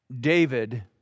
David